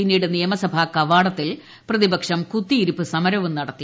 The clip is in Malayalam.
പിന്നീട് നിയമസഭാ കവാടത്തിൽ പ്രതിപക്ഷം കുത്തിയിരിപ്പ് സമരവും നടത്തി